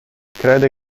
crede